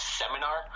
seminar